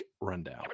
Rundown